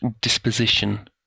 disposition